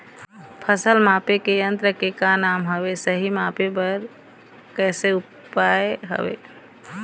फसल मापे के यन्त्र के का नाम हवे, सही मापे बार कैसे उपाय हवे?